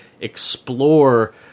explore